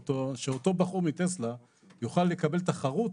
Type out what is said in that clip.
שאותו בחור מטסלה יוכל לקבל תחרות